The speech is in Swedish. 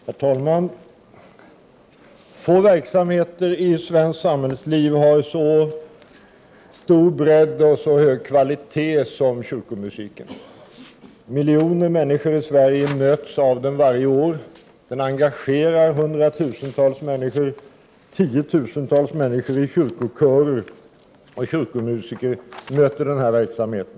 Herr talman! Få verksamheter i svenskt samhällsliv har sådan bredd och så hög kvalitet som kyrkomusiken. Miljoner människor i Sverige möts av den varje år. Den engagerar hundratusentals människor. Tiotusentals människor i kyrkokörer och andra kyrkomusiker möter denna verksamhet.